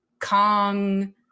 Kong